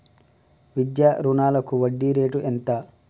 విద్యా రుణాలకు వడ్డీ రేటు ఎంత?